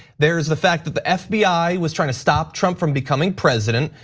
there's the fact that the fbi was trying to stop trump from becoming president,